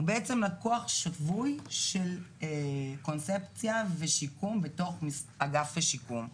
הוא בעצם לקוח שבוי של קונספציה ושיקום בתוך אגף השיקום,